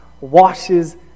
washes